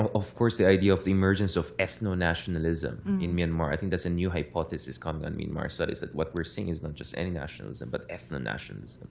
of course, the idea of the emergence of ethno-nationalism in myanmar. i think that's a new hypothesis coming on myanmar's side, is that what we're seeing is not just any nationalism, but ethno-nationalism.